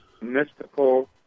mystical